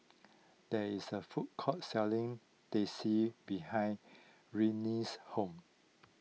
there is a food court selling Teh C behind Rennie's home